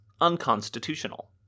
unconstitutional